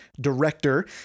Director